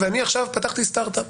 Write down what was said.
ואני עכשיו פתחתי סטרט-אפ.